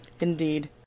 Indeed